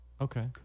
Okay